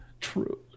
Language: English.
True